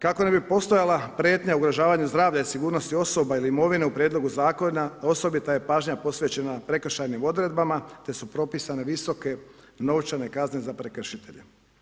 Kako ne bi postojala prijetnja u ugrožavanju zdravlja i sigurnosti osoba ili imovine u prijedlogu zakona osobita je pažnja posvećena prekršajnim odredbama te su propisane visoke novčane kazne za prekršitelje.